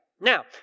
now